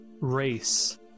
race